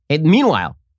meanwhile